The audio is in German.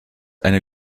eine